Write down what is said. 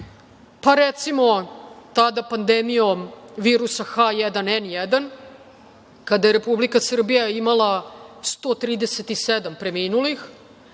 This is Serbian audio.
Recimo, tada pandemijom virusa H1N1, kada je Republika Srbija imala 137 preminulih.